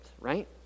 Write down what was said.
right